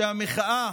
שהמחאה,